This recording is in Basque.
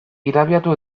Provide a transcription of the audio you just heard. irabiatu